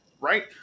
right